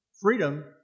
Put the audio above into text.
Freedom